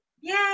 yay